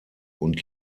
und